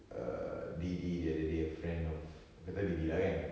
err deedee the other day a friend of kau tahu deedee lah kan